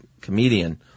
comedian